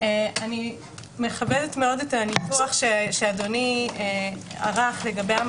אני מכבדת את הניתוח שאדוני ערך לגבי שתי